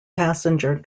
passenger